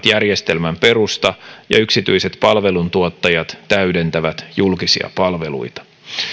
järjestelmän perusta ja yksityisen palveluntuottajat täydentävät julkisia palveluita